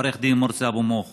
עורך דין מורסי אבו מוך